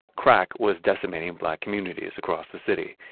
crack was decimating black communities across the city,